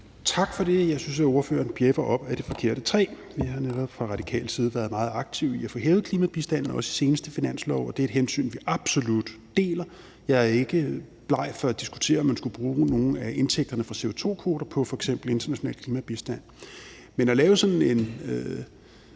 Tak for det. Jeg synes, at ordføreren bjæffer op ad det forkerte træ. Vi har netop fra radikal side været meget aktive i at få hævet klimabistanden, også i seneste finanslov, og det er et hensyn, vi absolut deler. Jeg er ikke bleg for at diskutere, om man skulle bruge nogle af indtægterne fra CO2-kvoterne på f.eks. international klimabistand. Men at lave sådan en